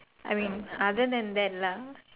I mean other than that lah